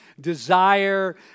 desire